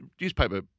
newspaper